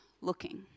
looking